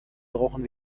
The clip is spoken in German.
brauchen